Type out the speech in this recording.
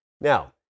Now